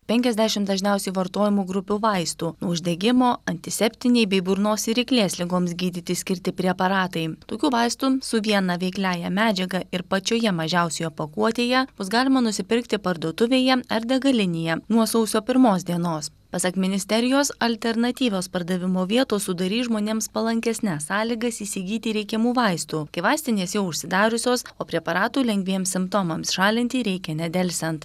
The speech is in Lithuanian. penkiasdešimt dažniausiai vartojamų grupių vaistų nuo uždegimo antiseptiniai bei burnos ir ryklės ligoms gydyti skirti preparatai tokių vaistų su viena veikliąja medžiaga ir pačioje mažiausioje pakuotėje bus galima nusipirkti parduotuvėje ar degalinėje nuo sausio pirmos dienos pasak ministerijos alternatyvios pardavimo vietos sudarys žmonėms palankesnes sąlygas įsigyti reikiamų vaistų kai vaistinės jau užsidariusios o preparatų lengviems simptomams šalinti reikia nedelsiant